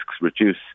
reduce